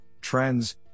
Trends